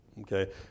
okay